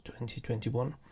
2021